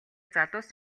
залуус